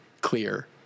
clear